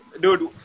Dude